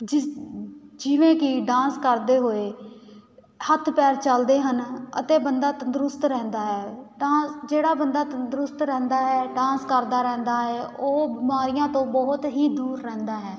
ਜਿਸ ਜਿਵੇਂ ਕਿ ਡਾਂਸ ਕਰਦੇ ਹੋਏ ਹੱਥ ਪੈਰ ਚਲਦੇ ਹਨ ਅਤੇ ਬੰਦਾ ਤੰਦਰੁਸਤ ਰਹਿੰਦਾ ਹੈ ਤਾਂ ਜਿਹੜਾ ਬੰਦਾ ਤੰਦਰੁਸਤ ਰਹਿੰਦਾ ਹੈ ਡਾਂਸ ਕਰਦਾ ਰਹਿੰਦਾ ਹੈ ਉਹ ਬਿਮਾਰੀਆਂ ਤੋਂ ਬਹੁਤ ਹੀ ਦੂਰ ਰਹਿੰਦਾ ਹੈ